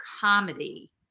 comedy